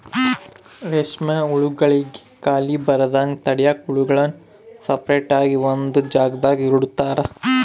ರೇಷ್ಮೆ ಹುಳುಗುಳ್ಗೆ ಖಾಲಿ ಬರದಂಗ ತಡ್ಯಾಕ ಹುಳುಗುಳ್ನ ಸಪರೇಟ್ ಆಗಿ ಒಂದು ಜಾಗದಾಗ ಇಡುತಾರ